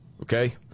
okay